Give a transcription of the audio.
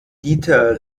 dieter